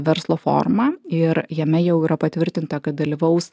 verslo forumą ir jame jau yra patvirtinta kad dalyvaus